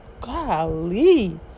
golly